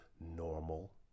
normal